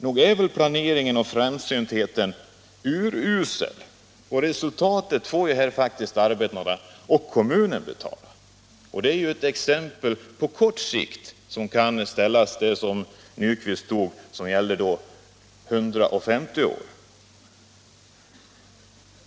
Nog är väl planeringen och framsyntheten urusel, och resultatet får faktiskt arbetarna och kommunen betala. Det här är ett exempel på kort sikt — herr Nyquist tog ett som gällde 150 år.